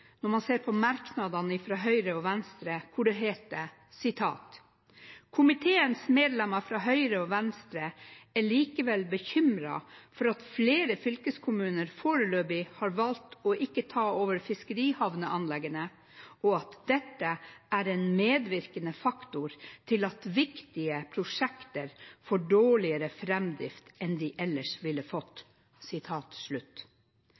når man ser merknadene fra Høyre og Venstre, hvor det heter: «Komiteens medlemmer fra Høyre og Venstre er likevel bekymret for at flere fylkeskommuner foreløpig har valgt å ikke ta over fiskerihavneanleggene, og at dette er en medvirkende faktor til at viktige prosjekter får dårligere fremdrift enn de ellers ville